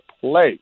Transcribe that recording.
play